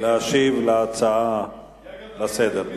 להשיב על ההצעות לסדר-היום.